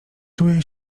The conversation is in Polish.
czuję